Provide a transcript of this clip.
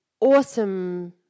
awesome